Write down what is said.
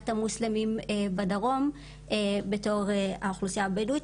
המוסלמים בדרום בתור האוכלוסייה הבדואית.